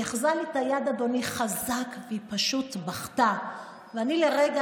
היא אחזה לי את היד חזק והיא פשוט בכתה, ואני לרגע